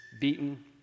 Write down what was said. beaten